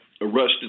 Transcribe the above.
arrested